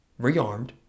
Rearmed